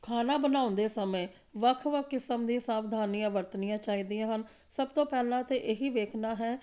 ਖਾਣਾ ਬਣਾਉਂਦੇ ਸਮੇਂ ਵੱਖ ਵੱਖ ਕਿਸਮ ਦੀ ਸਾਵਧਾਨੀਆਂ ਵਰਤਣੀਆਂ ਚਾਹੀਦੀਆਂ ਹਨ ਸਭ ਤੋਂ ਪਹਿਲਾਂ ਤਾਂ ਇਹੀ ਵੇਖਣਾ ਹੈ